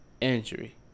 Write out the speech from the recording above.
injury